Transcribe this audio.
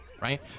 right